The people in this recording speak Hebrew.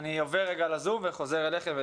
אני עובר לזום וחוזר אליכם.